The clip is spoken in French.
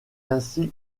ainsi